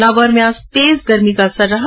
नागौर में आज तेज गर्मी का असर रहा